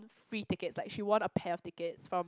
free tickets like she won a pair of tickets from